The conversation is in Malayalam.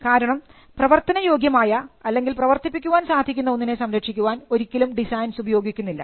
കാരണം പ്രവർത്തന യോഗ്യമായ അല്ലെങ്കിൽ പ്രവർത്തിപ്പിക്കുവാൻ സാധിക്കുന്ന ഒന്നിനെ സംരക്ഷിക്കുവാൻ ഒരിക്കലും ഡിസൈൻസ് ഉപയോഗിക്കുന്നില്ല